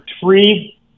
three